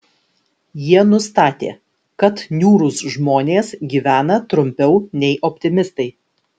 jie nustatė kad niūrūs žmonės gyvena trumpiau nei optimistai